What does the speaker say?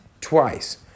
twice